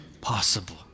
possible